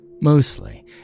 Mostly